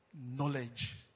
knowledge